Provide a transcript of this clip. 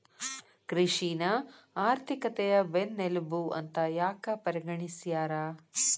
ಕೃಷಿನ ಆರ್ಥಿಕತೆಯ ಬೆನ್ನೆಲುಬು ಅಂತ ಯಾಕ ಪರಿಗಣಿಸ್ಯಾರ?